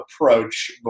approach